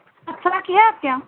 اپسرا کی ہے آپ کے یہاں